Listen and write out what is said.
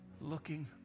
looking